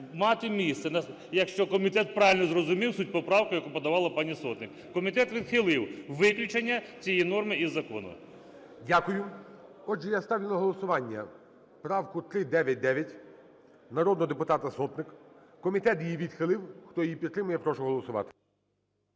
мати місце. Якщо комітет правильно зрозумів суть поправки, яку подавала пані Сотник. Комітет відхилив виключення цієї норми із закону. ГОЛОВУЮЧИЙ. Дякую. Отже, я ставлю на голосування правку 399 народного депутата Сотник. Комітет її відхилив. Хто її підтримує, я прошу голосувати.